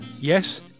yes